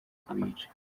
kubica